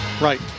Right